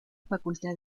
facultad